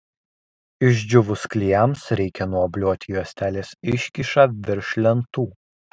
išdžiūvus klijams reikia nuobliuoti juostelės iškyšą virš lentų